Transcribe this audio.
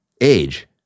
Age